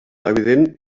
evident